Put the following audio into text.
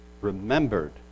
remembered